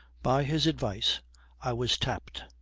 by his advice i was tapped,